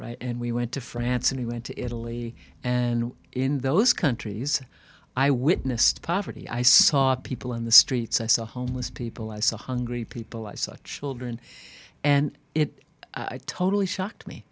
right and we went to france and i went to italy and in those countries i witnessed poverty i saw people in the streets i saw homeless people i saw hungry people i such and it totally shocked me